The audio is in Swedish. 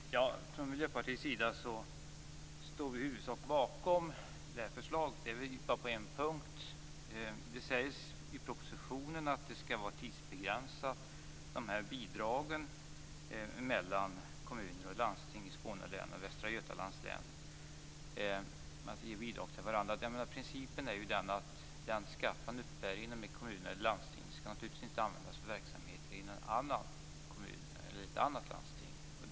Fru talman! Från Miljöpartiets sida står vi i huvudsak bakom propositionen utom på en punkt. Det sägs i propositionen att bidragen mellan kommuner och landsting i Skåne län och Västra Götalands län skall vara tidsbegränsade. Principen är den att den skatt som uppbärs i en kommun och ett landsting naturligtvis inte skall användas i verksamheter i en annan kommun eller i ett annat landsting.